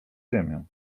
ziemię